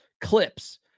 clips